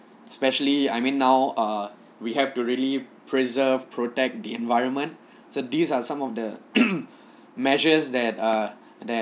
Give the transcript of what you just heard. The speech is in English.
especially I mean now err we have to really preserve protect the environment so these are some of the measures that err that